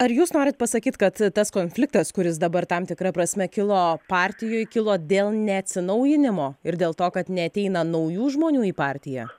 ar jūs norit pasakyt kad tas konfliktas kuris dabar tam tikra prasme kilo partijoj kilo dėl neatsinaujinimo ir dėl to kad neateina naujų žmonių į partiją